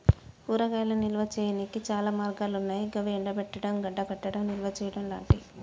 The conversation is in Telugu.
కూరగాయలను నిల్వ చేయనీకి చాలా మార్గాలన్నాయి గవి ఎండబెట్టడం, గడ్డకట్టడం, నిల్వచేయడం లాంటియి